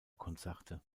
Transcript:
konzerte